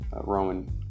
Roman